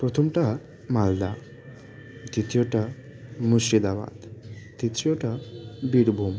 প্রথমটা মালদা দ্বিতীয়টা মুর্শিদাবাদ তৃতীয়টা বীরভূম